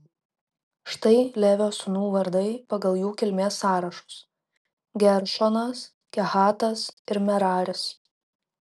štai levio sūnų vardai pagal jų kilmės sąrašus geršonas kehatas ir meraris